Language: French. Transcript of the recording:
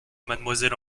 mademoiselle